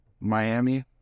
Miami